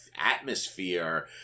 atmosphere